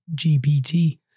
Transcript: GPT